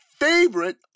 favorite